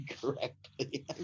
correctly